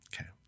Okay